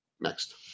Next